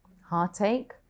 Heartache